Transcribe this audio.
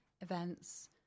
events